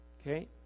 Okay